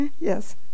Yes